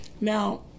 now